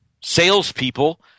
salespeople